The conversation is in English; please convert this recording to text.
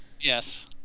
Yes